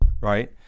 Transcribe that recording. Right